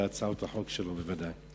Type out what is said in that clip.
בהצעות החוק שלו בוודאי.